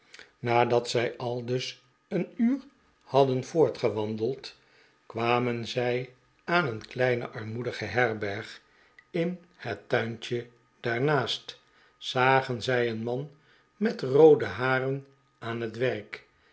nadat zij aldus een uur hadden voortgewandeld kwamen zij aan een kleine armoedige herberg in het tuintje daarnaast zagen zij een man met roode haren aan het werk